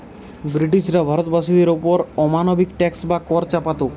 ব্রিটিশরা ভারতবাসীদের ওপর অমানবিক ট্যাক্স বা কর চাপাত